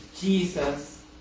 Jesus